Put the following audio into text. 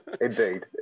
Indeed